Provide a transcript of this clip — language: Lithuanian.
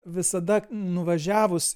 visada nuvažiavus